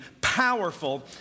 powerful